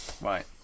Right